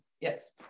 Yes